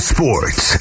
Sports